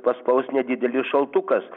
paspaus nedidelis šaltukas